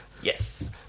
Yes